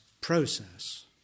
process